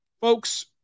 folks